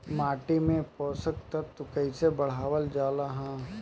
माटी में पोषक तत्व कईसे बढ़ावल जाला ह?